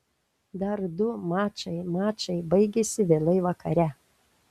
dar du mačai mačai baigėsi vėlai vakare